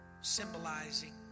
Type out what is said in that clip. symbolizing